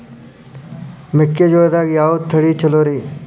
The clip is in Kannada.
ಮೆಕ್ಕಿಜೋಳದಾಗ ಯಾವ ತಳಿ ಛಲೋರಿ?